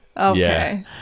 Okay